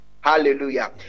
Hallelujah